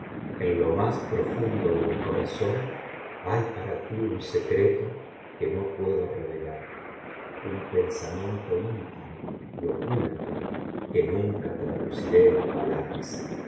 en lo más profundo de mi corazón hay para ti un secreto que no puedo revelar un pensamiento íntimo y oculto que nunca traduciré en palabras